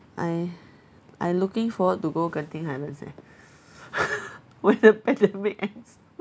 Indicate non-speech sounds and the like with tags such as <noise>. I I looking forward to go genting highlands eh <laughs> when the pandemic ends